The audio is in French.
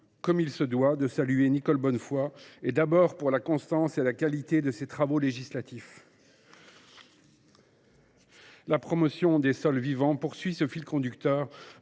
comme il se doit, Nicole Bonnefoy, pour la constance et la qualité de ses travaux législatifs. La promotion des sols vivants poursuit un fil conducteur